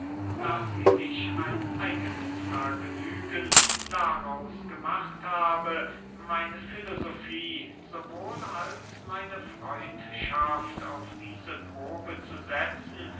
daß sie sich ein eigenes vergnügen daraus gemacht habe meine filosofie sowohl als meine freundschaft auf diese probe zu setzen